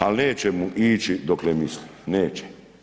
Ali neće mu ići dokle misli, neće.